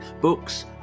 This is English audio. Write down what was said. books